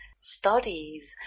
studies